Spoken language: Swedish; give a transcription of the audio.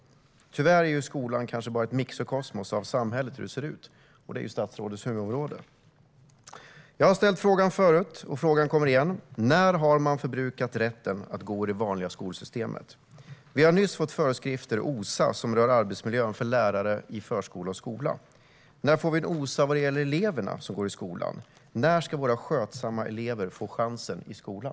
Tyvärr är skolan kanske bara ett mikrokosmos av hur samhället ser ut, och det är ju statsrådets huvudområde. Jag har ställt frågan förut, och den kommer igen: När har man förbrukat rätten att gå i det vanliga skolsystemet? Vi har nyss fått föreskrifter, OSA, som rör arbetsmiljön för lärare i förskola och skola. När får vi en OSA för eleverna som går i skolan? När ska våra skötsamma elever få chansen i skolan?